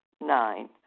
Nine